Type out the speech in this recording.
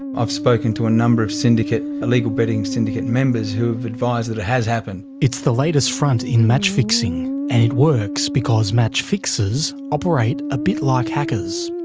i've spoken to a number of illegal betting syndicate members who've advised that it has happened. it's the latest front in match-fixing, and it works because match-fixers operate a bit like hackers.